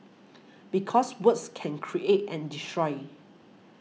because words can create and destroy